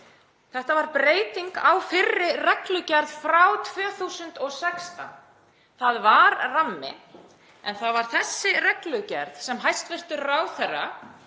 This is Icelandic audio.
setti, var breyting á fyrri reglugerð frá 2016. Það var rammi en það var þessi reglugerð sem hæstv. ráðherra